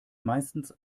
meistens